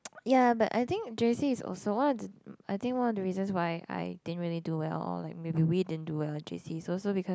ya but I think J_C is also one of the I think one of the reasons why I didn't really do well or like maybe we didn't well in J_C is also because